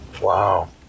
wow